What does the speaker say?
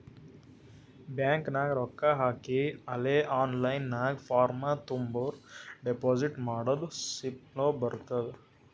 bank ನಾಗ್ ರೊಕ್ಕಾ ಹಾಕಿ ಅಲೇ ಆನ್ಲೈನ್ ನಾಗ್ ಫಾರ್ಮ್ ತುಂಬುರ್ ಡೆಪೋಸಿಟ್ ಮಾಡಿದ್ದು ಸ್ಲಿಪ್ನೂ ಬರ್ತುದ್